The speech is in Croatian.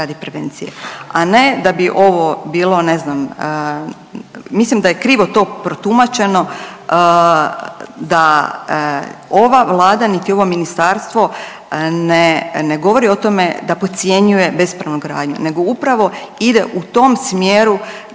a ne da bi ovo bilo ne znam, mislim da je krivo to protumačeno da ova Vlada, niti ovo ministarstvo ne, ne govori o tome da podcjenjuje bespravnu gradnju nego upravo ide u tom smjeru